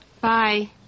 Bye